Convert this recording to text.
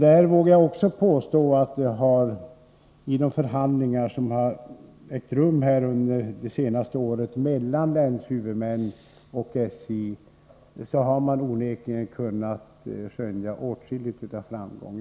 Där vågar jag också påstå att man i de förhandlingar som har ägt rum under det senaste året mellan länshuvudmännen och SJ onekligen har kunnat skönja åtskilligt av framgång.